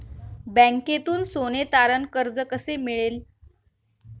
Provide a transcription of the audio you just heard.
बँकेतून सोने तारण कर्ज कसे मिळेल?